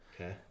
Okay